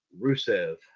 Rusev